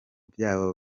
byabo